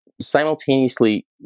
Simultaneously